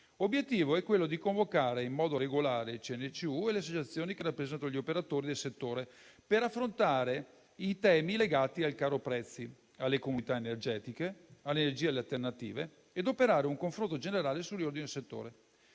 L'obiettivo è quello di convocare in modo regolare il CNCU e le associazioni che rappresentano gli operatori del settore per affrontare i temi legati al caro prezzi, alle comunità energetiche e alle energie alternative ed operare un confronto generale sul riordino del settore.